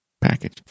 package